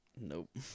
Nope